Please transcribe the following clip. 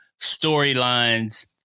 storylines